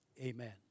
amen